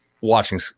watching